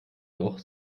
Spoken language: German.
doch